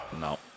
no